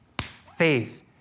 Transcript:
faith